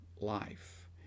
life